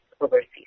overseas